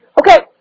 Okay